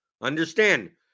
Understand